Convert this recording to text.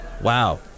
Wow